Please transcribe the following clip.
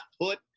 put